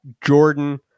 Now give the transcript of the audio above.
Jordan